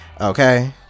okay